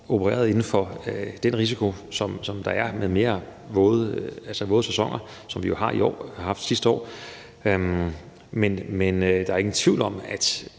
opereret inden for den risiko, som der er, med mere våde sæsoner, som vi jo har haft sidste år. Men der er ingen tvivl om, at